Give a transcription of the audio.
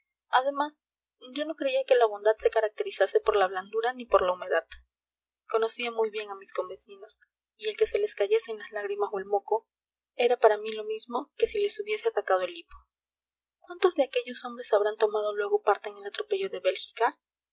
además yo no creía que la bondad se caracterizase por la blandura ni por la humedad conocía muy bien a mis convecinos y el que se les cayesen las lágrimas o el moco era para mí lo mismo que si les hubiese atacado el hipo cuántos de aquellos hombres habrán tomado luego parte en el atropello de bélgica